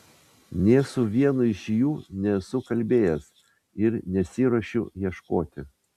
nė su vienu iš jų nesu kalbėjęs ir nesiruošiu ieškoti